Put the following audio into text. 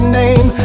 name